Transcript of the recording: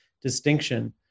distinction